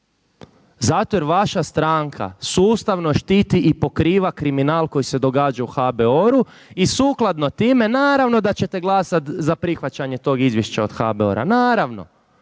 Zato jer vaša stranka sustavno štiti i pokriva kriminal koji se događa u HBOR-u i sukladno time naravno da ćete glasat za prihvaćanje tog izvješća od HBOR-a, naravno.